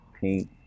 pink